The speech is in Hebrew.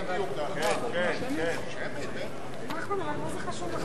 רע"ם-תע"ל וקבוצת סיעת בל"ד ושל חברת